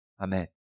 Amen